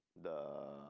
the